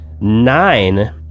Nine